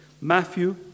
Matthew